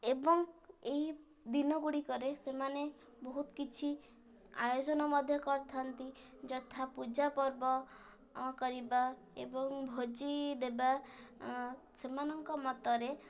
ଏବଂ ଏହି ଦିନ ଗୁଡ଼ିକରେ ସେମାନେ ବହୁତ କିଛି ଆୟୋଜନ ମଧ୍ୟ କରିଥାନ୍ତି ଯଥା ପୂଜାପର୍ବ କରିବା ଏବଂ ଭୋଜି ଦେବା ସେମାନଙ୍କ ମତରେ